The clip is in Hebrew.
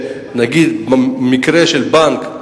נניח במקרה של בנק,